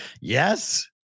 Yes